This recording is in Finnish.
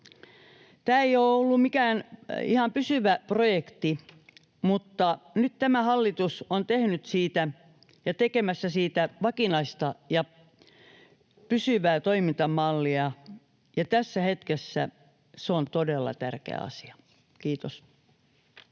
Tämä ei ole ollut mikään ihan pysyvä projekti, mutta nyt tämä hallitus on tehnyt siitä ja tekemässä siitä vakinaista ja pysyvää toimintamallia, ja tässä hetkessä se on todella tärkeä asia. — Kiitos.